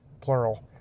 plural